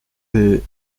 des